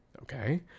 Okay